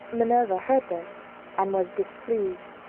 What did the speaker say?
minerva heard this and was displeased.